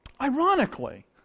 Ironically